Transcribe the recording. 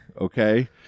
Okay